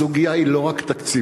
הסוגיה היא לא רק תקציבית,